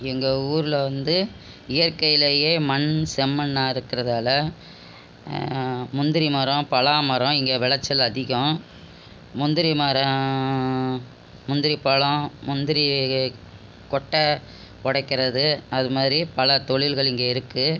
எங்கள் ஊரில் வந்து இயற்கைலயே மண் செம்மண்ணாக இருக்கிறதால முந்திரி மரம் பலா மரம் இங்கே விளச்சல் அதிகம் முந்திரி மரம் முந்திரி பழம் முந்திரி கொட்டை உடைக்கிறது அது மாரி பல தொழில்கள் இங்கே இருக்கு